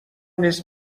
نیست